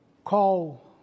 Call